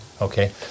Okay